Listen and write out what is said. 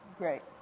great.